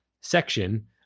section